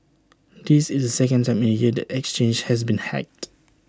this is the second time in A year the exchange has been hacked